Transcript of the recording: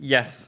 Yes